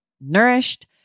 nourished